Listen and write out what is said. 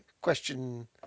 question